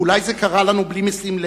ואולי זה קרה לנו, מבלי משים,